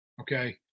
Okay